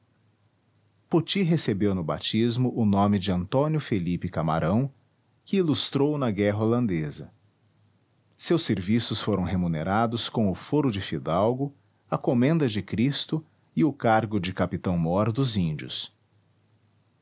poti recebeu no batismo o nome de antônio felipe camarão que ilustrou na guerra holandesa seus serviços foram remunerados com o foro de fidalgo a comenda de cristo e o cargo de capitão mor dos índios